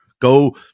Go